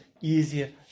easier